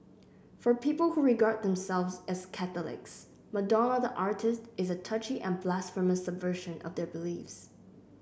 for people who regard themselves as Catholics Madonna the artiste is a touchy and blasphemous subversion of their beliefs